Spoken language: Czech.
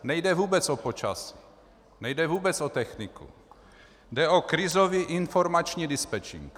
Nejde vůbec o počasí, nejde vůbec o techniku, jde o krizový informační dispečink.